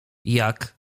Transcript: jak